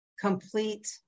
complete